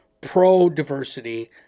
pro-diversity